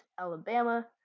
Alabama